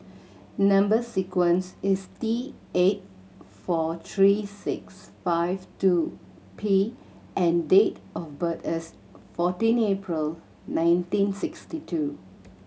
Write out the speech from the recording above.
number sequence is T eight four three six five two P and date of birth is fourteen April nineteen sixty two